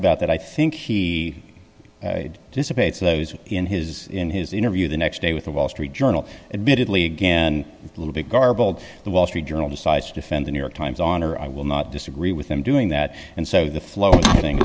about that i think he dissipates those in his in his interview the next day with the wall street journal admittedly again a little bit garbled the wall street journal decides to defend the new york times on or i will not disagree with him doing that and so the flow are getting